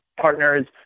partners